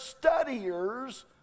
studiers